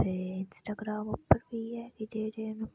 ते इंस्टाग्राम उप्पर बी इ'यै